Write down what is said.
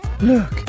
Look